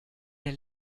der